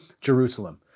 Jerusalem